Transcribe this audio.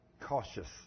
cautious